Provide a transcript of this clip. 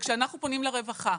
וכשאנחנו פונים לרווחה,